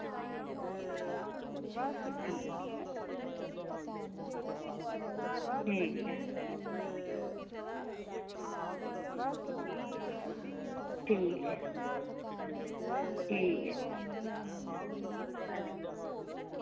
ठीक ऐ ठीक ऐ ठीक ऐ